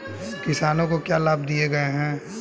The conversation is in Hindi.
किसानों को क्या लाभ दिए गए हैं?